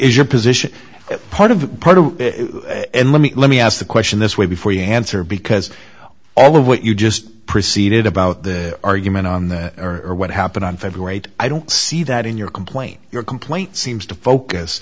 is your position as part of a part of it and let me let me ask the question this way before you answer because all of what you just preceded about the argument on the or what happened on february th i don't see that in your complaint your complaint seems to focus